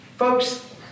Folks